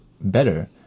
better